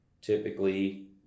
Typically